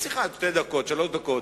אנחנו נזכרים